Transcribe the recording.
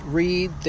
read